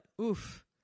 Oof